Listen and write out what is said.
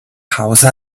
house